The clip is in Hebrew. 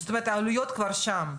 זאת אומרת העלויות כבר שם.